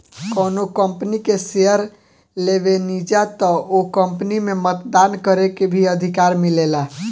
कौनो कंपनी के शेयर लेबेनिजा त ओ कंपनी में मतदान करे के भी अधिकार मिलेला